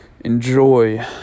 enjoy